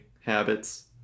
habits